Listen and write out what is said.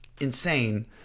insane